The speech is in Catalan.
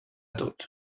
tot